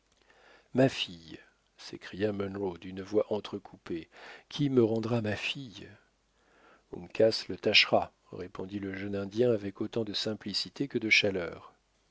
ma fille s'écria munro d'une voix entrecoupée qui me rendra ma fille uncas le tâchera répondit le jeune indien avec autant de simplicité que de chaleur